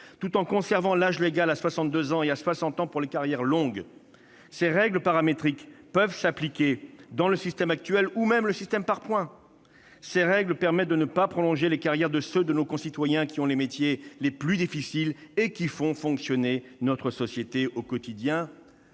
à la retraite pour tous à 62 ans, et à 60 ans pour les carrières longues. Ces règles paramétriques peuvent s'appliquer dans le système actuel ou dans le système par points. Elles permettent de ne pas prolonger les carrières de ceux de nos concitoyens qui ont les métiers les plus difficiles et qui font fonctionner notre société au quotidien.